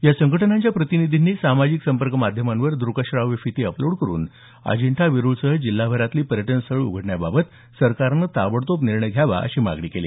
या संघटनांच्या प्रतिनिधींनी सामाजिक संपर्क माध्यमांवर दुकश्राव्य फिती अपलोड करुन अजिंठा वेरुळसह जिल्हाभरातली पर्यटन स्थळं उघडण्याबाबत सरकारनं ताबडतोब निर्णय घ्यावा अशी मागणी केली